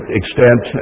extent